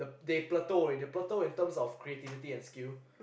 the they plateau already they plateau in terms of creativity and skill